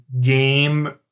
game